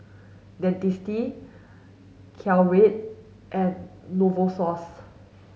Dentiste Caltrate and Novosource